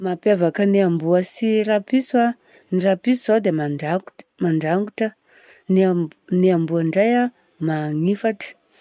Mampiavaka ny amboa sy rapiso an: ny rapiso izao dia mandrango- mandrangotra. Ny amboa amboa indray an magnifatra.